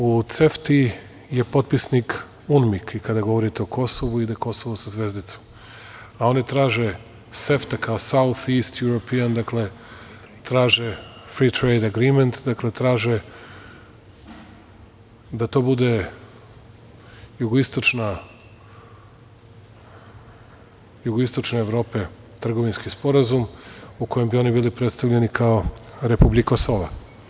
U CEFTA je potpisnik UMNIK i kada govorite o Kosovu ide Kosovo sa zvezdicom, a oni traže SEFTA“Southeast european“, dakle traže, „free trade agreement“, dakle, traže da to bude jugoistočne Evrope trgovinski sporazum u kojem bi oni bili predstavljeni kao republika Kosova.